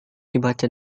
dibaca